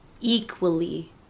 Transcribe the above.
equally